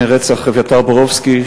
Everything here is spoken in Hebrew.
מרצח אביתר בורובסקי,